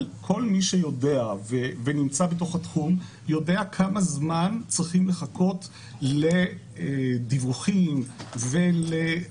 אבל כל מי שנמצא בתוך התחום יודע כמה זמן צריכים לחכות לדיווחים ולהבעת